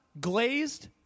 glazed